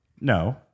No